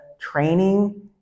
training